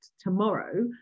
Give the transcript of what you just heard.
tomorrow